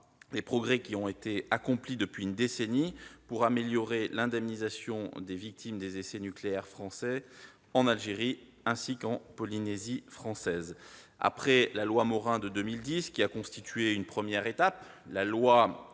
les progrès qui ont été accomplis depuis une décennie pour améliorer l'indemnisation des victimes des essais nucléaires français en Algérie et en Polynésie française. Après la loi Morin de 2010, qui a constitué une première étape, la loi